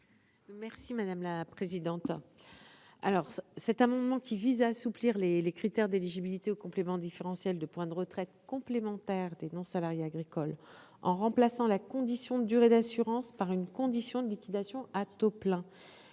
l'avis de la commission ? Cet amendement vise à assouplir les critères d'éligibilité au complément différentiel de points de retraite complémentaire des non-salariés agricoles en remplaçant la condition de durée d'assurance par une condition de liquidation à taux plein.